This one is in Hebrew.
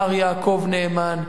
מר יעקב נאמן,